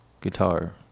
guitar